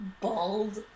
bald